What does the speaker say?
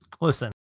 Listen